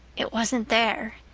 it wasn't there.